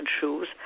shoes